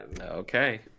Okay